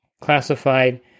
classified